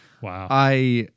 Wow